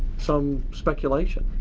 some speculation,